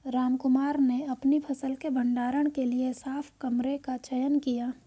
रामकुमार ने अपनी फसल के भंडारण के लिए साफ कमरे का चयन किया